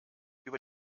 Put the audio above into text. über